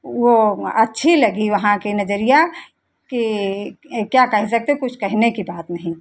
वो अच्छी लगी वहां की नजरिया कि क्या कह सकते कुछ कहने की बात नहीं